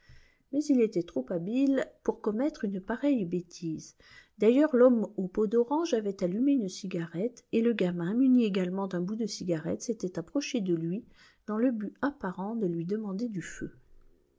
mais il était trop habile pour commettre une pareille bêtise d'ailleurs l'homme aux peaux d'orange avait allumé une cigarette et le gamin muni également d'un bout de cigarette s'était approché de lui dans le but apparent de lui demander du feu